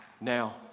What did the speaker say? Now